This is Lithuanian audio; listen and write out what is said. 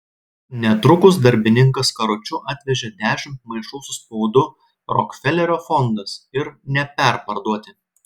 netrukus darbininkas karučiu atvežė dešimt maišų su spaudu rokfelerio fondas ir neperparduoti